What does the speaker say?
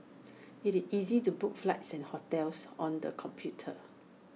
IT easy to book flights and hotels on the computer